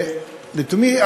לתומי,